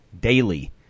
daily